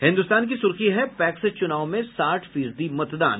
हिन्दुस्तान की सुर्खी है पैक्स चुनाव में साठ फीसदी मतदान